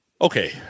Okay